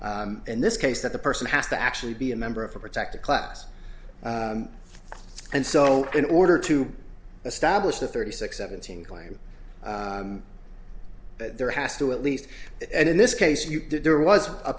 in this case that the person has to actually be a member of a protected class and so in order to establish the thirty six seventeen claim that there has to at least in this case you did there was a